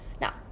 Now